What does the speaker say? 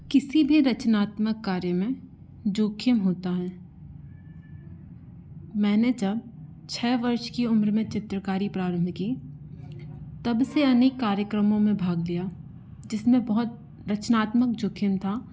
किसी भी रचनात्मक कार्य में जोखिम होता हैं मैंने जब छः वर्ष की उम्र में चित्रकारी प्रारंभ की तब से अनेक कार्यक्रमों में भाग लिया जिस में बहुत रचनात्मक जोखिम था